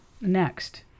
next